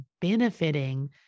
benefiting